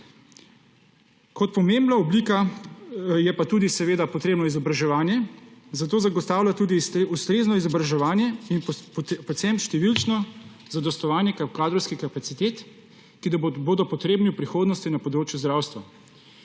Kot pomembna oblika je pa tudi seveda potrebno izobraževanje, zato zagotavlja tudi ustrezno izobraževanje in predvsem številčno zadostovanje kadrovskih kapacitet, ki bodo potrebne v prihodnosti na področju zdravstva.